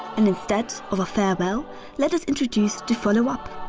and instead of a farewell let us introduce the follow up!